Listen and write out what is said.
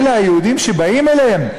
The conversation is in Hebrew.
אלה היהודים שבאים אליהם,